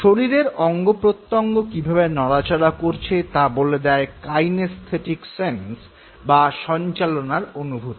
শরীরের অঙ্গপ্রত্যঙ্গ কীভাবে নড়াচড়া করছে তা বলে দেয় কাইনেস্থেটিক সেন্স বা সঞ্চালনার অনুভূতি